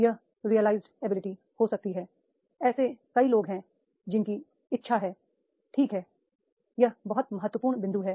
यह realised ability हो सकती है ऐसे कई लोग हैं जिनकी इच्छा है ठीक है यह भी बहुत महत्वपूर्ण बिंदु है